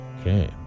Okay